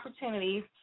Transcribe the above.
opportunities